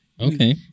Okay